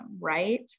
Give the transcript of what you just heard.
Right